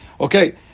okay